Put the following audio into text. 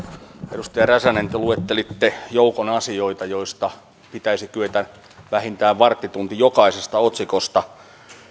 edustaja räsänen te luettelitte joukon asioita joista pitäisi kyetä vähintään varttitunti jokaisesta otsikosta